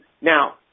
Now